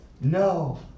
No